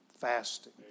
fasting